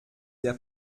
der